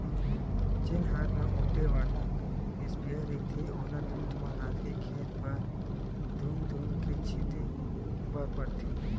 जेन हात म ओटे वाला इस्पेयर रहिथे ओला पीठ म लादके खेत भर धूम धूम के छिते बर परथे